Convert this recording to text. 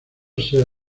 sea